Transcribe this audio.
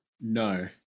No